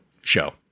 show